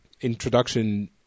Introduction